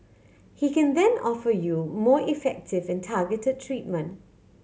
he can then offer you more effective and targeted treatment